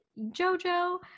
JoJo